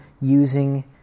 using